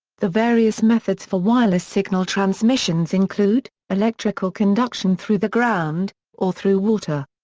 the various methods for wireless signal transmissions include electrical conduction through the ground, or through water.